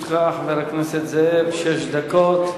לרשותך, חבר הכנסת זאב, שש דקות.